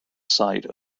site